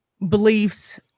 beliefs